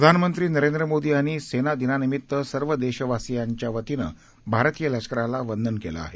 प्रधानमंत्री नरेंद्र मोदी यांनी सेना दिनानिमित्त सर्व देशवासीयांच्या वतीनं भारतीय लष्कराला वंदन केलं आहे